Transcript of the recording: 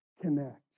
connect